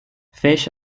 fist